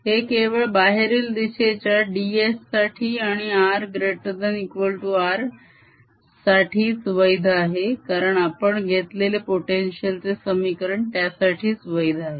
हे केवळ बाहेरील दिशेच्या ds साठी आणि rR साठीच वैध आहे कारण आपण घेतलेले potential चे समीकरण त्यासाठीच वैध आहे